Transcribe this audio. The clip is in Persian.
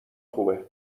خوبه